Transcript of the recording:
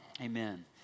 Amen